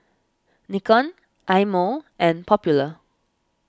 Nikon Eye Mo and Popular